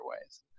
ways